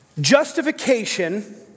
Justification